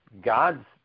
God's